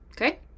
Okay